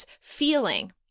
feeling